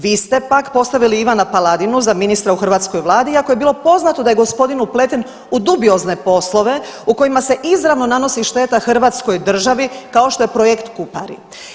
Vi ste pak postavili Ivana Paladinu za ministra u hrvatskoj vladi iako je bilo poznato da je gospodin upleten u dubiozne poslove u kojima se izravno nanosi šteta hrvatskoj državi kao što je projekt Kupari.